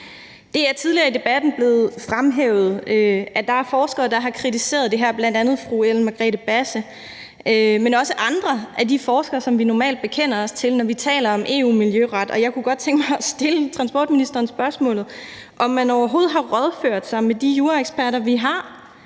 Det er tidligere i debatten blevet fremhævet, at der er forskere, der har kritiseret det her, bl.a. Ellen Margrethe Basse, men også andre af de forskere, som vi normalt bekender os til, når vi taler om EU-miljøret. Og jeg kunne godt tænke mig at stille transportministeren spørgsmålet, om man, da man lavede det her, overhovedet har rådført sig med de eksperter i